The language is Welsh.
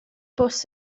bws